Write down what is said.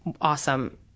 awesome